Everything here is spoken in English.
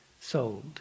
sold